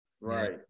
Right